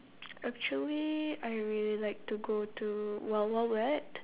actually I really like to go to wild wild wet